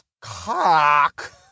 cock